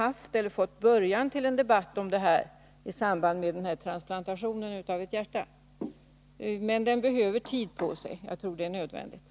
Jag tror att början till en debatt om detta har uppstått i samband med den aktuella transplantationen av ett hjärta, men jag menar att det är nödvändigt att ge ytterligare tid för denna debatt.